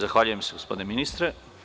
Zahvaljujem se, gospodine ministre.